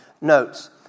notes